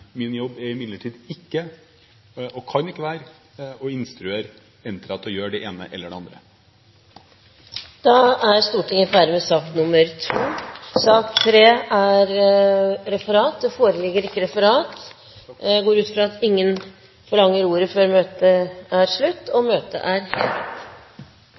Min jobb er imidlertid ikke – og kan ikke være – å instruere Entra til å gjøre det ene eller det andre. Sak nr. 2 er dermed ferdigbehandlet. Det foreligger ikke noe referat. Dermed er dagens kart ferdigbehandlet. Forlanger noen ordet før møtet heves? – Møtet er hevet.